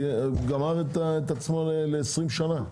גמר את עצמו לעשרים שנה.